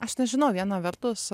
aš nežinau viena vertus